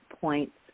points